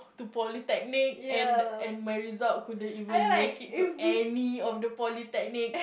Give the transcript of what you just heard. to Polytechnic and the and my result couldn't even make it to any of the Polytechnic